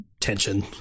tension